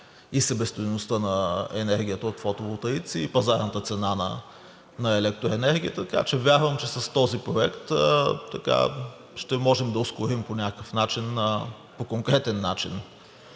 и себестойността на енергията от фотоволтаици, и пазарната цена на електроенергия, така че вярвам, че с този проект ще може да ускорим по някакъв начин, по конкретен начин